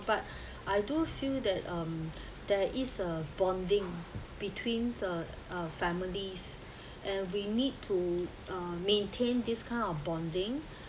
but I do feel that um there is a bonding between uh families and we need to um maintain this kind of bonding